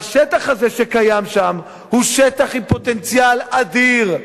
והשטח הזה, שקיים שם, הוא שטח עם פוטנציאל אדיר,